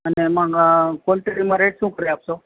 અને મને ક્વોન્ટિટીમાં રેટ શું કરી આપશો